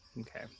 Okay